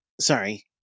sorry